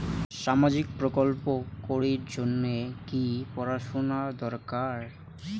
সামাজিক প্রকল্প করির জন্যে কি পড়াশুনা দরকার?